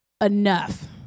enough